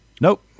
Nope